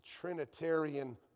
Trinitarian